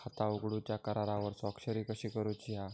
खाता उघडूच्या करारावर स्वाक्षरी कशी करूची हा?